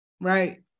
right